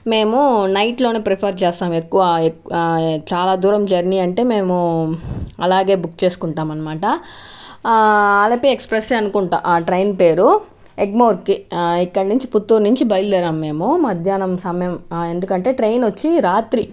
మేము నైట్ లోనే ప్రిఫర్ చేస్తాం ఎక్కువ చాలా దూరం జర్నీ అంటే మేము అలాగే బుక్ చేసుకుంటాం అనమాట అలెపి ఎక్సప్రెస్ ఏ అనుకుంటా ఆ ట్రైన్ పేరు ఎగ్మోర్కి ఇక్కడి నుంచి పుత్తూరు నుంచి బయలుదేరాము మేము మధ్యాహ్నం సమయం ఎందుకంటే ట్రైన్ వచ్చి రాత్రి